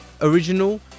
original